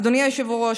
אדוני היושב-ראש,